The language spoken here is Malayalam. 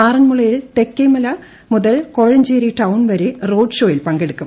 ആറന്മുളയിൽ തെക്കേമല മുതൽ കോഴഞ്ചേരി ടൌൺ വരെ റോഡ് ഷോയിൽ പങ്കെടുക്കും